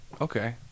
Okay